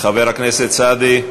חבר הכנסת סעדי.